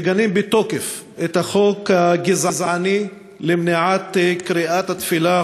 מגנים בתוקף את החוק הגזעני למניעת קריאת התפילה,